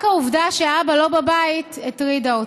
רק העובדה שאבא לא בבית הטרידה אותי.